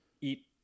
eat